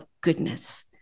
goodness